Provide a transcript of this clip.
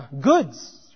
goods